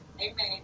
Amen